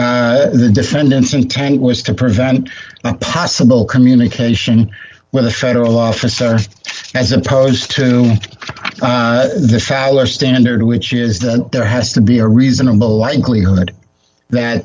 find the defendant's intent was to prevent possible communication with a federal officer as opposed to the phallus standard which is that there has to be a reasonable likelihood that